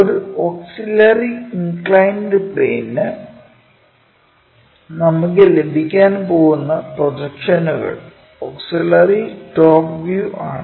ഒരു auxiliary inclined പ്ലെയിന് നമുക്ക് ലഭിക്കാൻ പോകുന്ന പ്രൊജക്ഷനുകൾ ഓക്സിലറി ടോപ്പ് വ്യൂ ആണ്